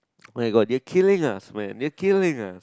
oh my god they are killing us they are killing ah